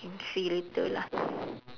can see later lah